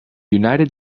united